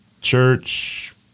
church